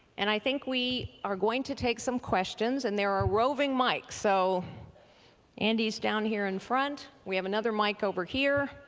and i think we are going to take some questions and there are roving mikes, so andy's down here in front. we have another mike over here.